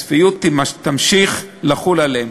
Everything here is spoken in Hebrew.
הצפיות תמשיך לחול עליהן.